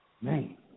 Man